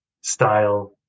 style